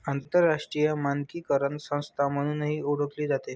आंतरराष्ट्रीय मानकीकरण संस्था म्हणूनही ओळखली जाते